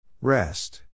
Rest